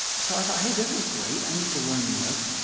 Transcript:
so i thought, hey, this is great. i need to learn this.